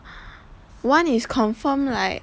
one is confirm like